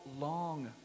long